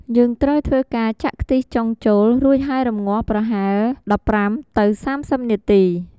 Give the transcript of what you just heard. យើងត្រូវធ្វើការចាក់ខ្ទិះចុងចូល រួចហើយរំងាស់ប្រហែល ១៥ទៅ៣០នាទី។